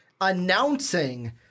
announcing